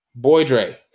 Boydre